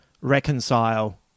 reconcile